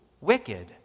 wicked